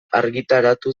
argitaratu